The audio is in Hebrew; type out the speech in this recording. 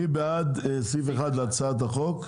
מי בעד סעיף 1 להצעת החוק?